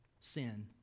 sin